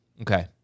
Okay